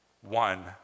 one